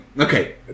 okay